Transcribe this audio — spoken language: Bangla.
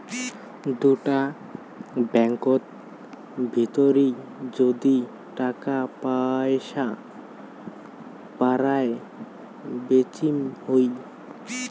দুটা ব্যাঙ্কত ভিতরি যদি টাকা পয়সা পারায় বেচিম হই